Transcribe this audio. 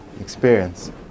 experience